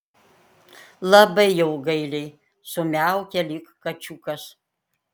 labai jau gailiai sumiaukė lyg kačiukas